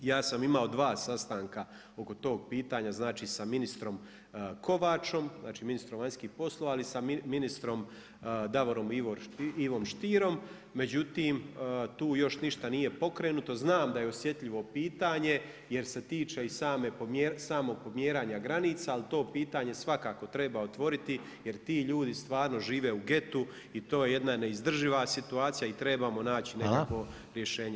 Ja sam imao dva sastanka oko tog pitanja, znali za ministrom Kovačom, znači ministrom vanjskih poslova, ali i sa ministrom Davorom Ivo Stierom, međutim tu još ništa nije pokrenuto, znam da je osjetljivo pitanje jer se tiče i samog pomjeranja granica, ali to pitanje svakako treba otvoriti jer ti ljudi stvarno žive u getu i to jedna neizdrživa situacija i trebamo naći nekakvo rješenje za njih.